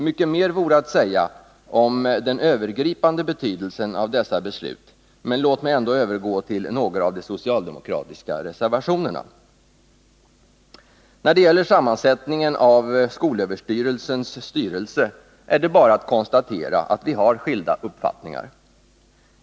Mycket mer vore att säga om den övergripande betydelsen av dessa beslut, men låt mig ändå övergå till några av de socialdemokratiska reservationerna. När det gäller sammansättningen av skolöverstyrelsens styrelse är det bara att konstatera att vi har skilda uppfattningar.